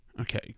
Okay